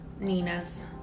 Nina's